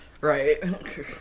Right